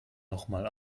nochmal